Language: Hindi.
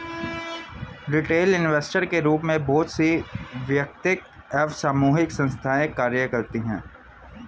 रिटेल इन्वेस्टर के रूप में बहुत सी वैयक्तिक एवं सामूहिक संस्थाएं कार्य करती हैं